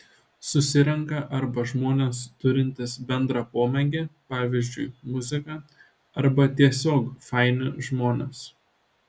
susirenka arba žmonės turintys bendrą pomėgį pavyzdžiui muziką arba tiesiog faini žmonės